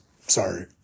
sorry